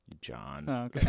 john